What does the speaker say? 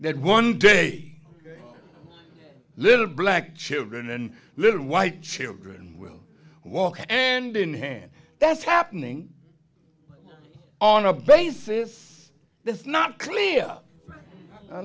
real that one day a little black children and little white children will walk and in hand that's happening on a basis that's not clear